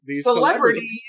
celebrities